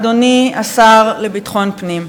אדוני השר לביטחון הפנים.